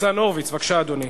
ניצן הורוביץ, בבקשה, אדוני.